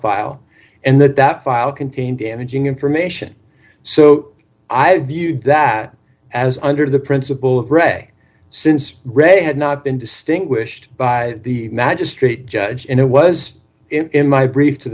file and that that file contained damaging information so i viewed that as under the principle of pray since ray had not been distinguished by the magistrate judge in a was in my brief to